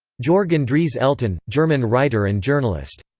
jorg andrees elten, german writer and journalist.